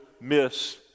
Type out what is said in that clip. miss